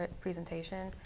presentation